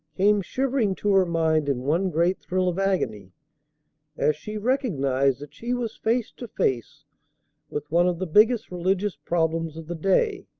came shivering to her mind in one great thrill of agony as she recognized that she was face to face with one of the biggest religious problems of the day,